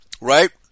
right